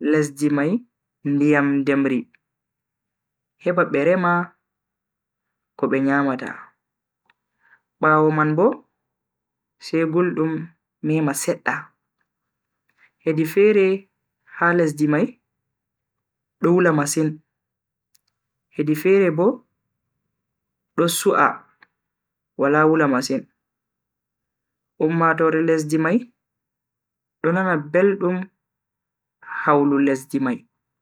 lesdi mai ndiyam ndemri heba be rema ko be nyamata. bawo man Bo sai guldum mema sedda. hedi fere ha lesdi mai do wula masin, hedi fere bo do su'a Wala wula masin. ummatoore lesdi mai do nana beldum hawlu lesdi mai.